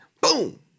boom